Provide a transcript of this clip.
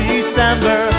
December